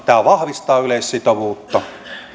tämä vahvistaa yleissitovuutta